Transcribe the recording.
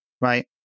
right